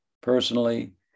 personally